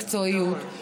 מקצועיות.